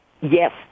Yes